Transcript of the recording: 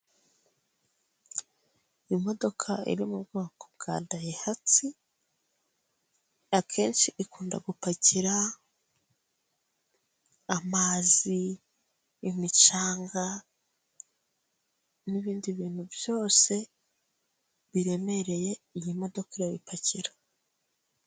Imodoka iri mu bwoko bwa dayihatsi, akenshi ikunda gupakira amazi, imicanga, n'ibindi bintu byose biremereye iyi modoka irabipakira.